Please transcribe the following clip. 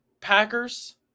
Packers